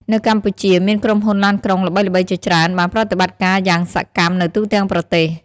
នៅកម្ពុជា មានក្រុមហ៊ុនឡានក្រុងល្បីៗជាច្រើនបានប្រតិបត្តិការយ៉ាងសកម្មនៅទូទាំងប្រទេស។